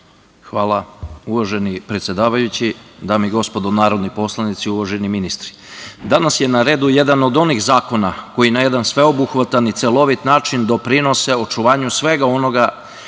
Uvaženi predsedavajući, dame i gospodo narodni poslanici, uvaženi ministri, danas je na redu jedan od onih zakona koji na jedan sveobuhvatan i celovit način doprinose očuvanju svega onoga